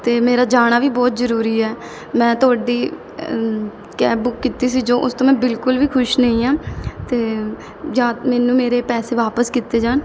ਅਤੇ ਮੇਰਾ ਜਾਣਾ ਵੀ ਬਹੁਤ ਜ਼ਰੂਰੀ ਹੈ ਮੈਂ ਤੁਹਾਡੀ ਕੈਬ ਬੁੱਕ ਕੀਤੀ ਸੀ ਜੋ ਉਸ ਤੋਂ ਮੈਂ ਬਿਲਕੁਲ ਵੀ ਖੁਸ਼ ਨਹੀਂ ਹਾਂ ਅਤੇ ਜਾਂ ਮੈਨੂੰ ਮੇਰੇ ਪੈਸੇ ਵਾਪਸ ਕੀਤੇ ਜਾਣ